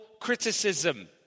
criticism